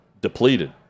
depleted